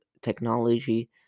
technology